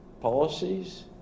policies